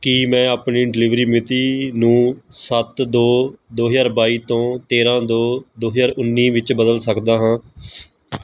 ਕੀ ਮੈਂ ਆਪਣੀ ਡਿਲੀਵਰੀ ਮਿਤੀ ਨੂੰ ਸੱਤ ਦੋ ਦੋ ਹਜ਼ਾਰ ਬਾਈ ਤੋਂ ਤੇਰਾਂ ਦੋ ਦੋ ਹਜ਼ਾਰ ਉੱਨੀ ਵਿੱਚ ਬਦਲ ਸਕਦਾ ਹਾਂ